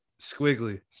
Squiggly